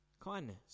kindness